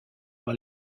par